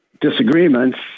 disagreements